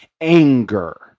anger